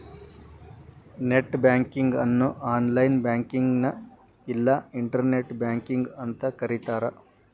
net banking ಅನ್ನು online ಬ್ಯಾಂಕಿಂಗ್ನ ಇಲ್ಲಾ ಇಂಟರ್ನೆಟ್ ಬ್ಯಾಂಕಿಂಗ್ ಅಂತೂ ಕರಿತಾರ